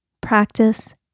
practice